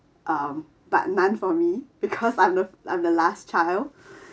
um but none for me because I'm the I'm the last child